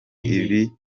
ibi